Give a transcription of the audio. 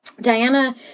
Diana